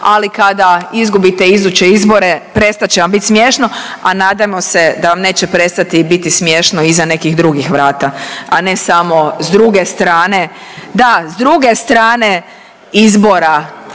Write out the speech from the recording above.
ali kada izgubite iduće izbore prestat će vam biti smiješno, a nadajmo se da vam neće prestati i biti smiješno iza nekih drugih vrata, a ne samo s druge strane, da s druge strane izbora